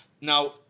now